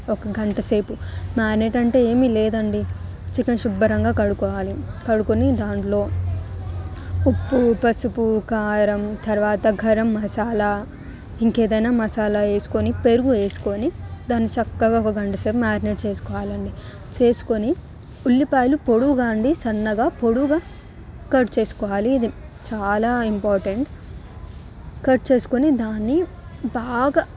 ఒక గంట సేపు మ్యాగ్నెట్ అంటే ఏమీ లేదండి చికెన్ శుభ్రంగా కడుక్కోవాలి కడుక్కుని దాంట్లో ఉప్పు పసుపు కారం తర్వాత గరం మసాలా ఇంకేదైనా మసాలా వేసుకొని పెరుగు వేసుకొని దాని చక్కగా ఒక గంట సేపు మ్యారినేట్ చేసుకోవాలండి చేసుకుని ఉల్లిపాయలు పొడువుగా అండి సన్నగా పొడువుగా కట్ చేసుకోవాలి ఇది చాలా ఇంపార్టెంట్ కట్ చేసుకుని దాన్ని బాగా